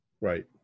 right